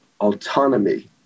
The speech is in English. autonomy